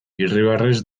irribarrez